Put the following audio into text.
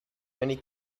many